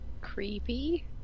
Creepy